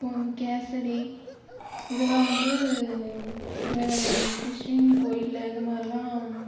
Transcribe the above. கேசரி இதல்லாம் வந்து கிறிஸ்டின் கோயிலில் இது மாதிரிலாம்